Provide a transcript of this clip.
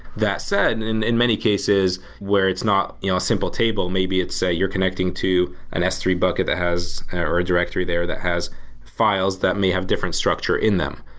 that said, in in many cases where it's not you know a simple table, maybe so you're connecting to an s three bucket that has or a directory there that has files that may have different structure in them.